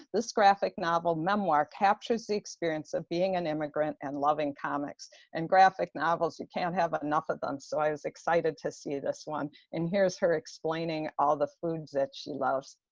this graphic novel memoir captures the experience of being an immigrant and loving comics and graphic novels. you can't have but enough of them. so i was excited to see this one and here's her explaining all the foods that she loves.